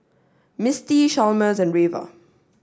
Mistie Chalmers and Reva